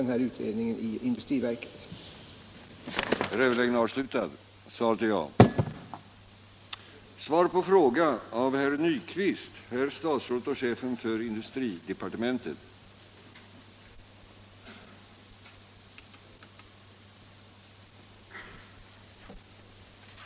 Om strukturomvandlingen inom gummiindustrin Om ett prototyp